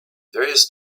various